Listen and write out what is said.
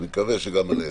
אני מקווה שגם על ההישגים.